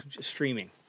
streaming